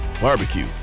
barbecue